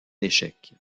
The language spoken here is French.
échec